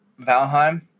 valheim